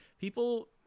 People